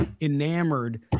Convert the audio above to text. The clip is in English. enamored